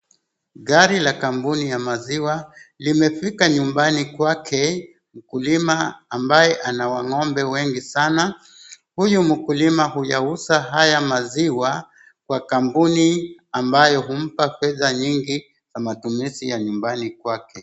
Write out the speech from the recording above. Gari la kampuni ya maziwa, limefika kwake mkulima ambaye ana wang'ombe wengi sana, huyu mkulima huyauza haya maziwa, kwa kampuni ambayo humpa pesa nyingi ya matumizi ya nyumbani kwake.